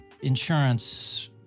insurance